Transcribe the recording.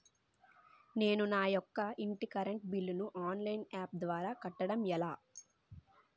నేను నా యెక్క ఇంటి కరెంట్ బిల్ ను ఆన్లైన్ యాప్ ద్వారా కట్టడం ఎలా?